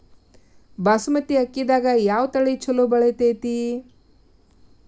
ಬಾಸುಮತಿ ಅಕ್ಕಿದಾಗ ಯಾವ ತಳಿ ಛಲೋ ಬೆಳಿತೈತಿ?